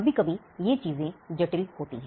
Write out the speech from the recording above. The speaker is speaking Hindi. कभी कभी ये चीजें जटिल होती हैं